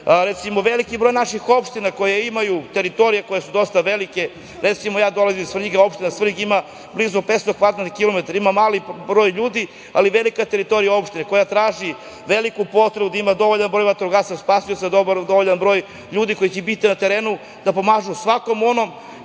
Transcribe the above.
Recimo, veliki broj naših opština koje imaju teritorije koje su dosta velike, recimo ja dolazim iz opštine Svrljig i ona ima blizu 500 kvadratnih kilometara, a ima mali broj ljudi, ali je velika teritorija opštine koja traži veliku potrebu da ima dovoljan broj vatrogasaca spasioca, dovoljan broj ljudi koji će biti na terenu da pomažu svakom kome